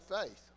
faith